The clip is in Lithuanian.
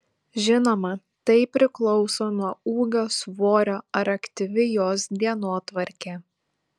žinoma tai priklauso nuo ūgio svorio ar aktyvi jos dienotvarkė